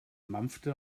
mampfte